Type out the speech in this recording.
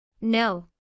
No